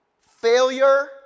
failure